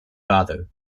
father